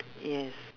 yes